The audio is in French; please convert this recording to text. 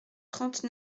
trente